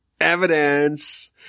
evidence